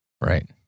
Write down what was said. Right